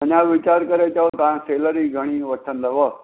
अञां विचार करे चओ तव्हां सेलरी घणी वठंदव